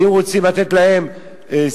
ואם רוצים לתת להם שיחות